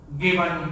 given